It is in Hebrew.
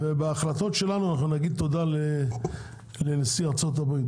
ובהחלטות שלנו אנחנו נגיד תודה לנשיא ארצות הברית,